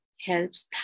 helps